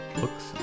books